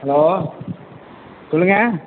hello சொல்லுங்கள்